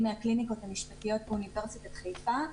אני מהקליניקות המשפטיות של אוניברסיטת חיפה,